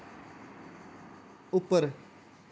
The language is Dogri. उप्पर